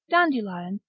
dandelion,